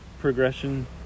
progression